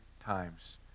times